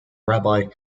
rabbi